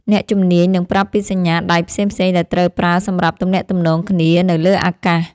អ្នកជំនាញនឹងប្រាប់ពីសញ្ញាដៃផ្សេងៗដែលត្រូវប្រើសម្រាប់ទំនាក់ទំនងគ្នានៅលើអាកាស។